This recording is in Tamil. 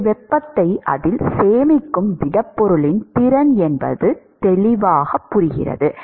இது வெப்பத்தை அதில் சேமிக்கும் திடப்பொருளின் திறன் என்பது தெளிவானது